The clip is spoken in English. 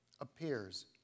appears